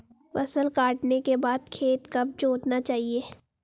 फसल काटने के बाद खेत कब जोतना चाहिये?